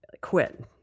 quit